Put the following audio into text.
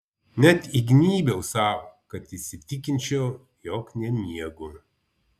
net įgnybiau sau kad įsitikinčiau jog nemiegu